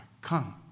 come